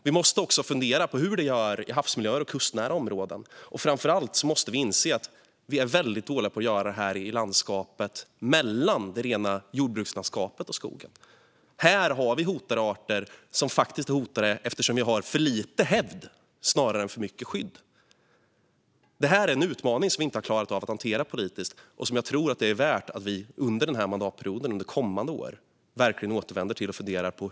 Vi måste också fundera på hur vi gör i havsmiljöer och kustnära områden. Framför allt måste vi inse att vi är väldigt dåliga på att göra det i landskapet mellan det rena jordbrukslandskapet och skogen. Här har vi hotade arter som är hotade för att vi har för lite hävd snarare än för mycket skydd. Det är en utmaning som vi inte har klarat av att hantera politiskt som jag tror det är värt att vi under den här mandatperioden och under kommande år verkligen återvänder till och funderar på.